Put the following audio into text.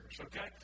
Okay